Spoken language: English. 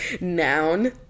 Noun